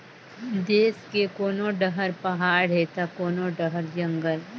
देस के कोनो डहर पहाड़ हे त कोनो डहर जंगल